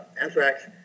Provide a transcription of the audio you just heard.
anthrax